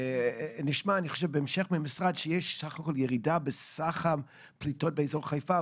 נשמע שיש ירידה בסך הפליטות באזור חיפה,